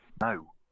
No